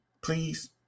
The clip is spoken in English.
please